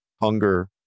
hunger